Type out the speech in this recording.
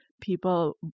People